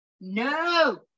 No